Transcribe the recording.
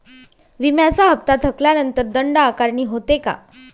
विम्याचा हफ्ता थकल्यानंतर दंड आकारणी होते का?